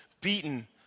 beaten